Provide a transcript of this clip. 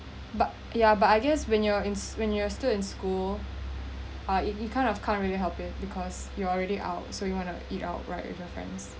but ya but I guess when you're in when you're still in school uh you you kind of can't really help it because you're already out so you want to eat right with your friends